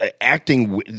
acting